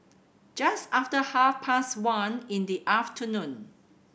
just after half past one in the afternoon